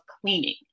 cleaning